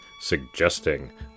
suggesting